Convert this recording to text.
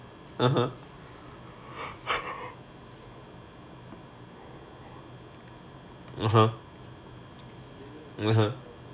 (uh huh) (uh huh) (uh huh)